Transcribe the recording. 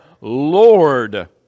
Lord